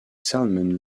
salmon